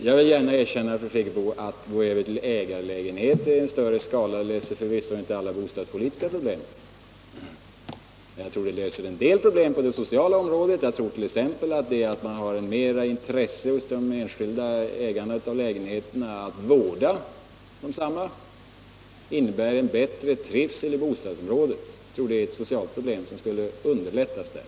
Låt mig erkänna, fru Friggebo, att övergång till ägarlägenheter i större skala förvisso inte skulle kunna lösa alla bostadspolitiska problem. Jag tror däremot att de skulle kunna lösa en del problem på det sociala området. Jag tror t.ex. att om de enskilda ägarna av lägenheterna har större intresse av att vårda desamma, så innebär det också en bättre trivsel i bostadsområdet, och därmed tror jag att vissa sociala problem lättare skulle kunna undanröjas där.